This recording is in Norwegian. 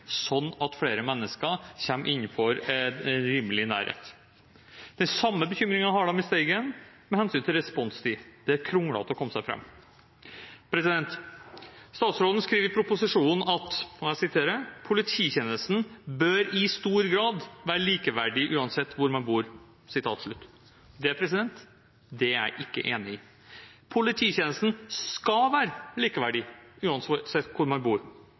sånn at flere mennesker kommer innenfor rimelig nærhet. Den samme bekymringen har de i Steigen med hensyn til responstid. Det er kronglete å komme seg fram. Statsråden skriver i proposisjonen: «Polititjenesten bør i stor grad være likeverdig uansett hvor man bor.» Det er jeg ikke enig i. Polititjenesten skal være likeverdig uansett hvor man bor.